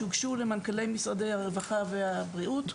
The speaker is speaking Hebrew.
שהוגשו למנכ"לי משרדי הרווחה והבריאות,